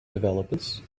developers